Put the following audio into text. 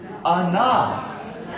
Enough